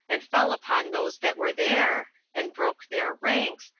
and fell upon those that were there, and broke their ranks,